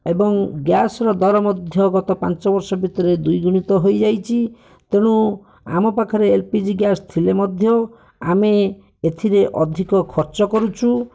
ଏବଂ ଗ୍ୟାସ୍ର ଦର ମଧ୍ୟ ଗତ ପାଞ୍ଚ ବର୍ଷ ଭିତରେ ଦ୍ଵିଗୁଣିତ ହୋଇଯାଇଛି ତେଣୁ ଆମ ପାଖରେ ଏଲ୍ ପି ଜି ଗ୍ୟାସ୍ ଥିଲେ ମଧ୍ୟ ଆମେ ଏଥିରେ ଅଧିକ ଖର୍ଚ୍ଚ କରୁଛୁ